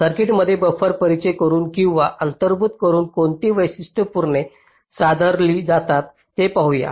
सर्किटमध्ये बफर परिचय करून किंवा अंतर्भूत करून कोणती वैशिष्ट्ये सुधारली जातात ते पाहू या